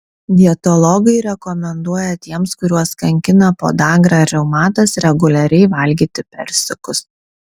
dietologai rekomenduoja tiems kuriuos kankina podagra ar reumatas reguliariai valgyti persikus